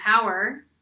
power